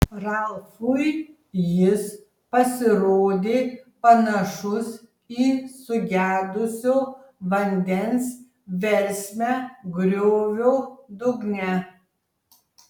ralfui jis pasirodė panašus į sugedusio vandens versmę griovio dugne